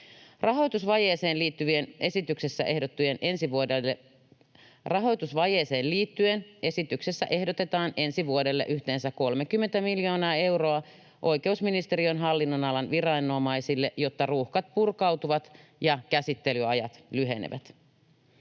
Rahoitusvajeeseen liittyen esityksessä ehdotetaan ensi vuodelle yhteensä 30 miljoonaa euroa oikeusministeriön hallinnonalan viranomaisille, jotta ruuhkat purkautuvat ja käsittelyajat lyhenevät.